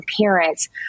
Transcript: parents